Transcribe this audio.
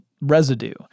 residue